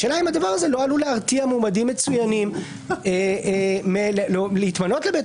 השאלה אם הדבר הזה לא עלול להרתיע מועמדים מצוינים להתמנות לבית